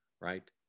Right